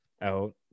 out